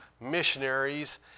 missionaries